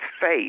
faith